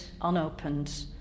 unopened